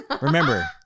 Remember